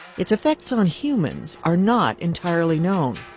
its effects and and humans are not entirely known.